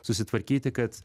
susitvarkyti kad